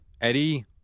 Eddie